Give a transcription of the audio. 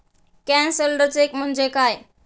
Cancelled cheque म्हणजे काय?